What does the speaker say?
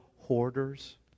Hoarders